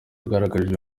yagaragarije